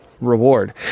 reward